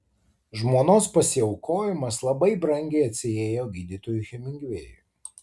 žmonos pasiaukojimas labai brangiai atsiėjo gydytojui hemingvėjui